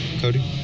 Cody